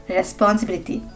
responsibility